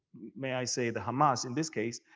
may i say the hamas in this case,